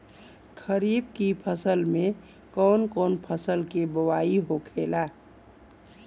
खरीफ की फसल में कौन कौन फसल के बोवाई होखेला?